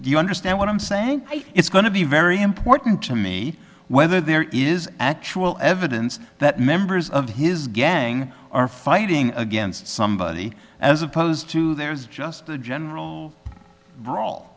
you understand what i'm saying it's going to be very important to me whether there is actual evidence that members of his gang are fighting against somebody as opposed to there is just a general brawl